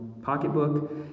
Pocketbook